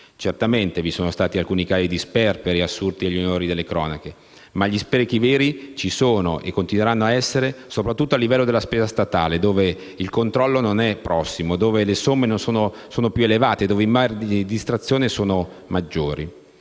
Certamente vi sono stati alcuni casi di sperpero assurti all'onore delle cronache, ma gli sprechi veri esistono, e continueranno ad esserci, soprattutto a livello della spesa statale, dove il controllo non è prossimo, dove le somme sono più elevate e dove i margini di distrazione sono maggiori.